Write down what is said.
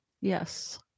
Yes